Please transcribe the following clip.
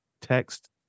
text